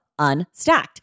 Unstacked